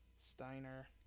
Steiner